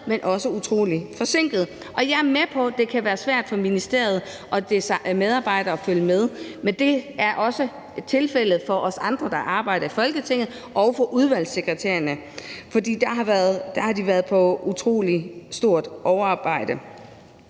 men også utroligt forsinkede. Og jeg er med på, at det kan være svært for ministeriet og dets medarbejdere at følge med, men det er også tilfældet for os andre, der arbejder i Folketinget, herunder udvalgssekretærerne, som har været på utrolig stort overarbejde.